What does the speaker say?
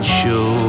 show